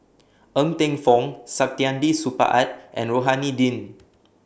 Ng Teng Fong Saktiandi Supaat and Rohani Din